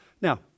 Now